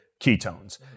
ketones